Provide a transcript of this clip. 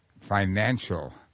financial